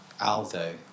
Aldo